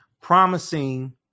promising